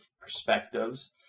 perspectives